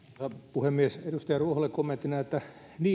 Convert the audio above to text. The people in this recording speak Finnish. puhemies edustaja ruoholle kommenttina että totta